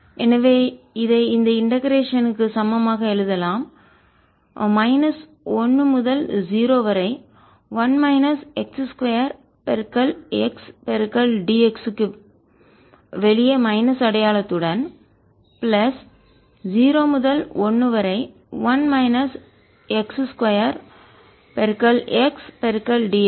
எனவே இதை இந்த இண்டெகரேஷன் ஒருங்கிணைப்பு க்கு சமமாக எழுதலாம் எனவே மைனஸ் 1 முதல் 0 வரை 1 மைனஸ் x 2 x dx க்கு வெளியே மைனஸ் அடையாளத்துடன் பிளஸ் 0 முதல் 1 வரை 1 மைனஸ் x 2 xdx